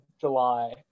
July